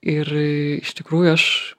ir iš tikrųjų aš